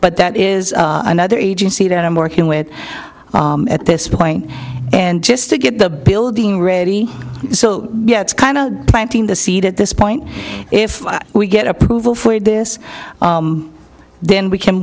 but that is another agency that i'm working with at this point and just to get the building ready so yeah it's kind of planting the seed at this point if we get approval for this then we can